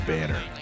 Banner